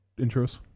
intros